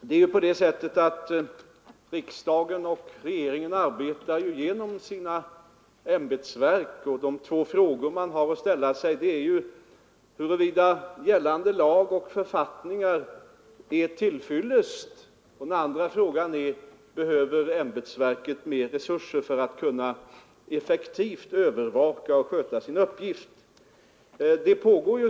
Herr talman! Riksdagen och regeringen arbetar ju genom sina ämbetsverk, och de två frågor man har att ställa sig är för det första huruvida gällande lag och författningar är till fyllest och för det andra huruvida ämbetsverket behöver mer resurser för att effektivt kunna sköta sina uppgifter.